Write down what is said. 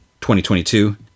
2022